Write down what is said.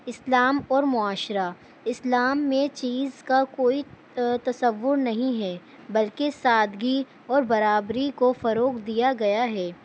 اسلام اور معاشرہ اسلام میں چیز کا کوئی تصور نہیں ہے بلکہ سادگی اور برابری کو فروغ دیا گیا ہے